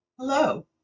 Hello